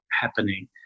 happening